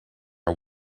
are